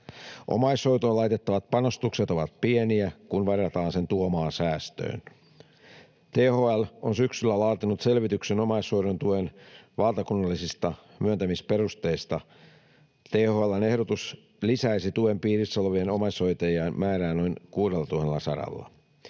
Omaishoitoon laitettavat panostukset ovat pieniä, kun verrataan sen tuomaan säästöön. THL on syksyllä laatinut selvityksen omaishoidon tuen valtakunnallisista myöntämisperusteista. THL:n ehdotus lisäisi tuen piirissä olevien omaishoitajien määrää noin 6